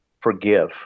forgive